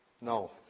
No